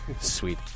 Sweet